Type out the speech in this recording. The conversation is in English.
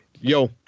yo